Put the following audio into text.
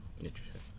Interesting